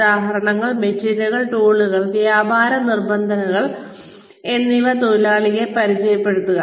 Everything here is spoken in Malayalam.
ഉപകരണങ്ങൾ മെറ്റീരിയലുകൾ ടൂളുകൾ വ്യാപാര നിബന്ധനകൾ എന്നിവ തൊഴിലാളിയെ പരിചയപ്പെടുത്തുക